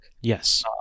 Yes